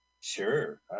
Sure